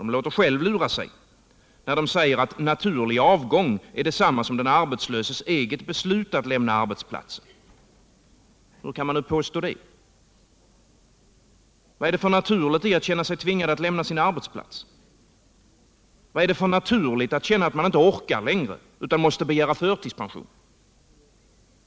Det lurar sig självt när det säger att ”naturlig avgång” är detsamma som den arbetslöses eget beslut att lämna arbetsplatsen. Hur kan man nu påstå detta? Vad är det för naturligt i att känna sig tvingad att lämna sin arbetsplats? Vad är det för naturligt i att känna att man inte orkar längre utan måste begära förtidspension?